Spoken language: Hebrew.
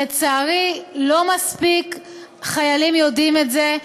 לצערי, לא מספיק חיילים יודעים את זה.